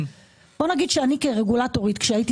אני, כרגולטורית, כשהייתי